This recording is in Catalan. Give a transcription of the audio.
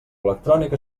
electrònic